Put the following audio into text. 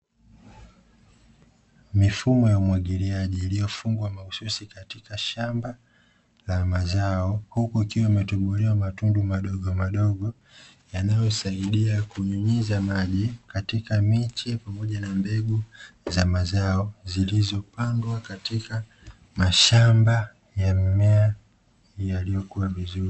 Mifumo ya umwagiliaji iliyofungwa mahususi katika shamba la mazao. Huku ikiwa imetobolewa matundu madogomadogo yanayosaidia kunyunyiza maji katika miti pamoja na mbegu za mazao zilizopandwa katika mashamba ya mimea yaliyokua vizuri.